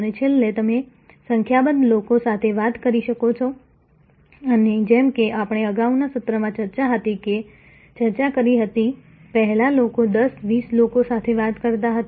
અને છેલ્લે તમે સંખ્યાબંધ લોકો સાથે વાત કરી શકો છો અને જેમ કે આપણે અગાઉના સત્રમાં ચર્ચા કરી હતી પહેલા લોકો 10 20 લોકો સાથે વાત કરતા હતા